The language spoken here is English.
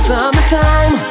Summertime